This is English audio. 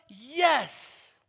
Yes